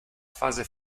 fase